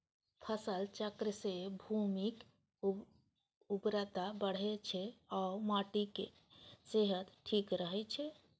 फसल चक्र सं भूमिक उर्वरता बढ़ै छै आ माटिक सेहत ठीक रहै छै